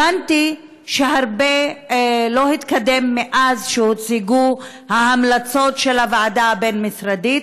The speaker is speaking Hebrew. הבנתי שהרבה לא התקדם מאז הוצגו ההמלצות של הוועדה הבין-משרדית.